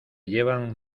llevan